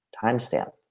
timestamp